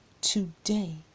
today